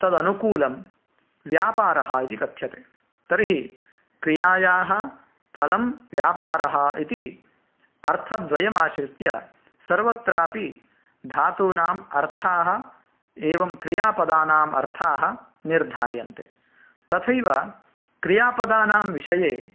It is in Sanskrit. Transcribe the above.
तदनुकूलं व्यापारः इति कथ्यते तर्हि क्रियायाः फलं व्यापारः इति अर्थद्वयमाश्रित्य सर्वत्रापि धातूनाम् अर्थाः एवं क्रियापदानाम् अर्थाः निर्धार्यन्ते तथैव क्रियापदानां विषये